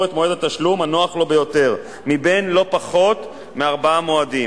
את מועד התשלום הנוח לו ביותר מבין לא פחות מארבעה מועדים,